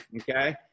okay